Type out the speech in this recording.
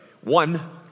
one